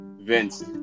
Vince